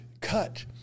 cut